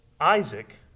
Isaac